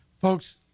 folks